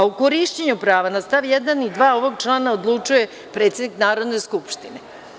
U korišćenju prava na stav 1. i 2. ovog člana odlučuje predsednik Narodne skupštine.